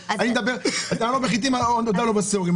טענו חיטים והודה לו בשעורים.